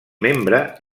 membre